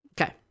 okay